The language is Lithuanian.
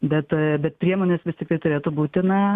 bet bet priemonės vis tiktai turėtų būti na